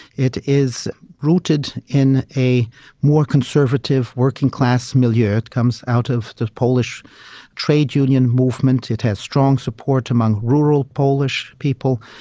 it is rooted in a more conservative working-class milieu, it comes out of the polish trade union movement, it has strong support among rural polish people,